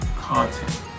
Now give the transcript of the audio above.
content